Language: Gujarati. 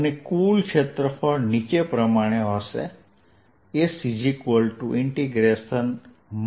તેથી કુલ ક્ષેત્રફળ નીચે પ્રમાણે હશે